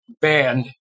band